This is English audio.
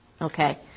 Okay